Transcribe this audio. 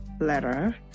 letter